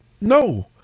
No